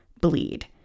bleed